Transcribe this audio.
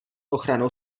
ochranou